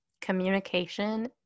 Communication